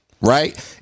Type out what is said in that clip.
right